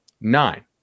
Nine